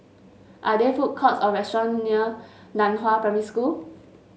are there food courts or restaurants near Nan Hua Primary School